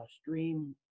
stream